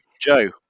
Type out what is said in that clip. Joe